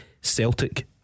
Celtic